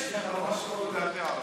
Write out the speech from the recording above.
אדוני יושב-ראש הכנסת,